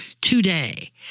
today